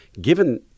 given